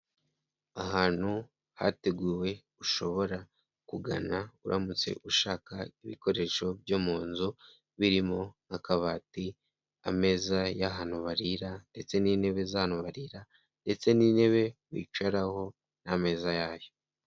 Ahantu hateguwe ushobora kugana uramutse ushaka ibikoresho byo mu nzu birimo nk'akabati, ameza y'ahantu barira ndetse n'intebe zahantu barira ndetse n'intebe wicaraho n'ameza yayo.